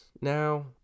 now